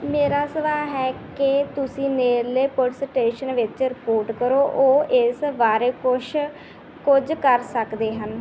ਮੇਰਾ ਸੁਝਾਅ ਹੈ ਕਿ ਤੁਸੀਂ ਨੇੜਲੇ ਪੁਲਿਸ ਸਟੇਸ਼ਨ ਵਿੱਚ ਰਿਪੋਰਟ ਕਰੋ ਉਹ ਇਸ ਬਾਰੇ ਕੁਛ ਕੁਝ ਕਰ ਸਕਦੇ ਹਨ